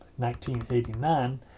1989